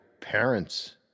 parents